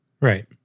Right